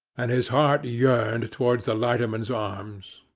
and his heart yearned towards the lighterman's arms.